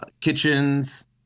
kitchens